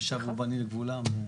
ושבו בנים לגבולם.